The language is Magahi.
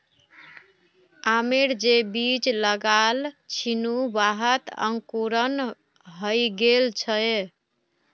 आमेर जे बीज लगाल छिनु वहात अंकुरण हइ गेल छ